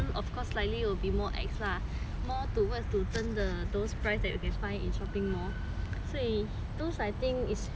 towards to 真的 those price that you can find in shopping mall 所以 those I think is can buy lah